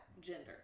gender